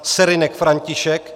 Serynek František